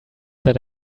that